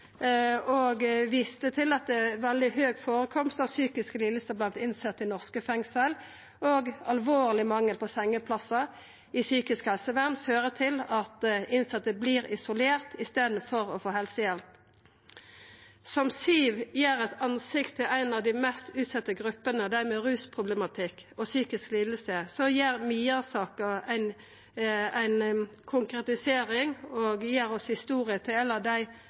og viste til at det er veldig høg førekomst av psykiske lidingar blant innsette i norske fengsel. Alvorleg mangel på sengeplassar i psykisk helsevern fører til at innsette vert isolerte i staden for å få helsehjelp. Som Siw gir eit ansikt til ei av dei mest utsette gruppene, dei med rusproblematikk og psykiske lidingar, gir Mia-saka ei konkretisering og gir oss historia til ei av dei